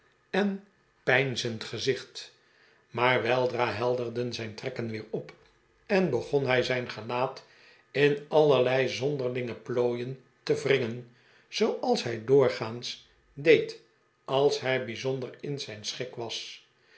en peinzend gezicht maar weldra helderden zijn trekken weer op en begon hij zijn gelaat in alleilei zonderlinge plooien te wringen zooa ls hij doorgaans deed als hij bijzonder in ziin schik was